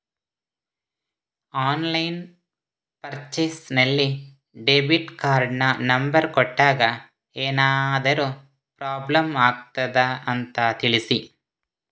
Online purchase ನಲ್ಲಿ debit ಕಾರ್ಡಿನ number ಕೊಟ್ಟಾಗ ಏನಾದರೂ ಪ್ರಾಬ್ಲಮ್ ಆಗುತ್ತದ ಅಂತ ತಿಳಿಸಿ?